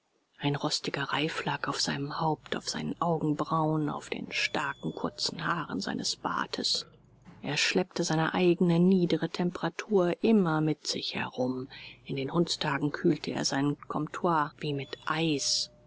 ein frostiger reif lag auf seinem haupt auf seinen augenbrauen auf den starken kurzen haaren seines bartes er schleppte seine eigene niedere temperatur immer mit sich herum in den hundstagen kühlte er sein comptoir wie mit eis